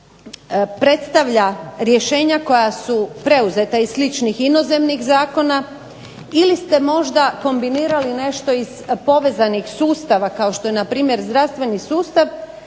predstavlja rješenja koja su preuzeta iz sličnih inozemnih zakona ili ste možda kombinirali nešto iz povezanih sustava kao što je npr. zdravstveni sustav,